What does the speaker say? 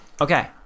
Okay